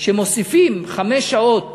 שמוסיפים חמש שעות